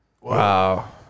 Wow